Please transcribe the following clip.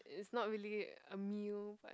it's not really a meal